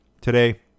today